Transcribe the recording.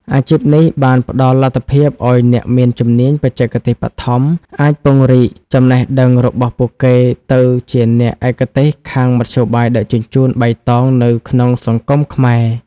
អាជីពនេះបានផ្តល់លទ្ធភាពឱ្យអ្នកមានជំនាញបច្ចេកទេសបឋម អាចពង្រីកចំណេះដឹងរបស់ពួកគេទៅជាអ្នកឯកទេសខាងមធ្យោបាយដឹកជញ្ជូនបៃតងនៅក្នុងសង្គមខ្មែរ។